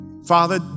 Father